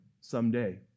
someday